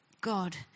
God